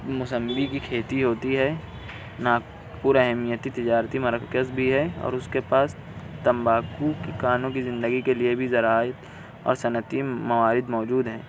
موسمی کی کھیتی ہوتی ہے ناگپور اہمیتی تجارتی مرکز بھی ہے اور اس کے پاس تمباکو کے کانوں کی زندگی کے لئے بھی ذرائع اور صنعتی موارد موجود ہیں